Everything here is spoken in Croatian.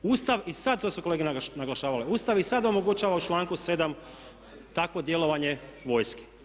Ustav i sad, to su kolege naglašavale, Ustav i sad omogućava u članku 7. takvo djelovanje vojske.